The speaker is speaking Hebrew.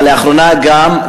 אבל לאחרונה גם,